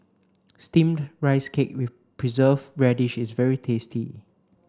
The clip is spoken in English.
steamed rice cake with preserve radish is very tasty